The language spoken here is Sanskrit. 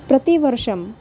प्रतिवर्षम्